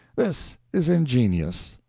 this is ingenious,